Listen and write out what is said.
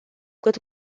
cât